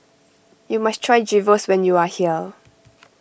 you must try Gyros when you are here